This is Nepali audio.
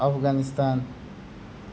अफगानिस्तान